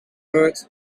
perth